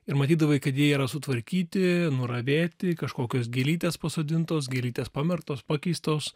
ir matydavai kad jie yra sutvarkyti nuravėti kažkokios gėlytės pasodintos gėlytes pamerktos pakeistos